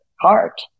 heart